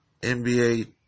NBA